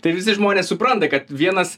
tai visi žmonės supranta kad vienas